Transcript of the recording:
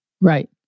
Right